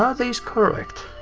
ah these correct?